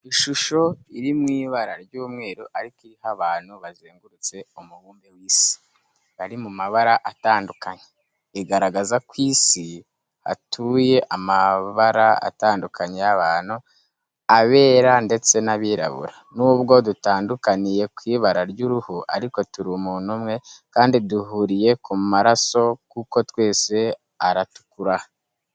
Ishusho iri mu ibara ry'umweru ariko iriho abantu bazengurutse umubumbe w'Isi, bari mu mabara atandukanye. Igaragaza ko ku Isi hatuye amabara atandukanye y'abantu, abera ndetse n'abirabura. Nubwo dutanukaniye ku ibara ry'uruhu ariko turi umuntu umwe kandi duhuriye ku maraso kuko twese aratukura.